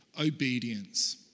Obedience